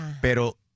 Pero